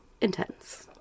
intense